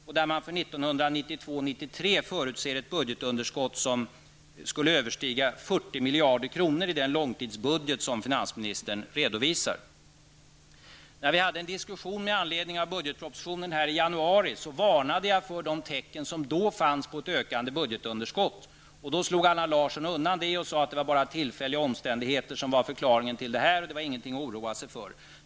För 1992/93 förutses i den långtidsbudget som finansministern redovisar ett budgetunderskott som skulle överstiga 40 miljarder kronor. När vi hade en diskussion med anledning av budgetpropositionen i januari, varnade jag för de tecken som fanns på ett ökande budgetunderskott. Då slog Allan Larsson undan den varningen och sade att det bara var tillfälliga omständigheter som var förklaringen till detta och att det inte var någonting att oroa sig för.